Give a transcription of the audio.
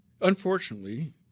Unfortunately